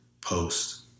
Post